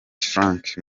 frank